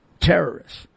terrorists